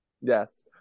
Yes